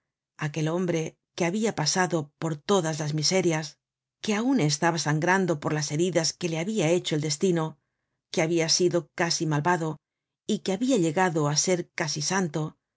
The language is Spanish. aquel hombre que habia pasado por todas las miserias que aun estaba sangrando por las heridas que le habia hecho el destino que habia sido casi malvado y que habia llegado á ser casi santo